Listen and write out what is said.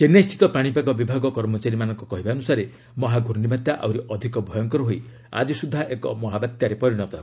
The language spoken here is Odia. ଚେନ୍ନାଇସ୍ଥିତ ପାଶିପାଗ ବିଭାଗ କର୍ମଚାରୀମାନଙ୍କ କହିବା ଅନୁସାରେ ମହା ଘ୍ରର୍ଷିବାତ୍ୟା ଆହୁରି ଅଧିକ ଭୟଙ୍କର ହୋଇ ଆଜିସୁଦ୍ଧା ଏକ ମହାବାତ୍ୟାରେ ପରିଣତ ହେବ